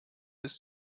ist